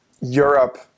Europe